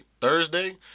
Thursday